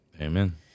Amen